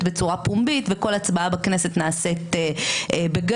בצורה פומבית וכל הצבעה בכנסת נעשית בגלוי,